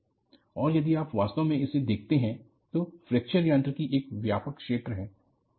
और यदि आप वास्तव में इसे देखते हैं तो फ्रैक्चर यांत्रिकी एक व्यापक क्षेत्र है जो कई विषयों को सम्मिलित करता है